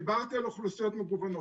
דיברתי על האוכלוסיות מגוונות.